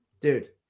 Dude